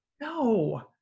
no